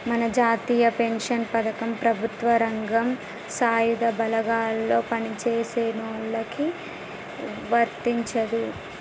మన జాతీయ పెన్షన్ పథకం ప్రభుత్వ రంగం సాయుధ బలగాల్లో పని చేసేటోళ్ళకి వర్తించదు